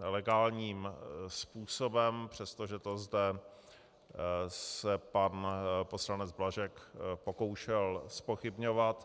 legálním způsobem, přestože se to zde pan poslanec Blažek pokoušel zpochybňovat.